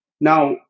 Now